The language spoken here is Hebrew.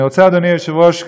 אני רוצה, אדוני היושב-ראש,